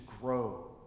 grow